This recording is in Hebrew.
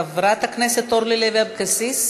חברת הכנסת אורלי לוי אבקסיס,